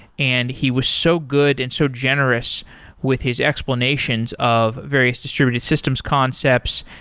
and he was so good and so generous with his explanations of various distributed systems concepts,